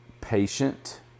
patient